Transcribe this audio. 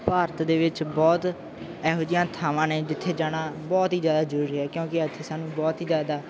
ਭਾਰਤ ਦੇ ਵਿੱਚ ਬਹੁਤ ਇਹੋ ਜਿਹੀਆਂ ਥਾਵਾਂ ਨੇ ਜਿੱਥੇ ਜਾਣਾ ਬਹੁਤ ਹੀ ਜ਼ਿਆਦਾ ਜ਼ਰੂਰੀ ਹੈ ਕਿਉਂਕਿ ਇੱਥੇ ਸਾਨੂੰ ਬਹੁਤ ਹੀ ਜ਼ਿਆਦਾ